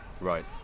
right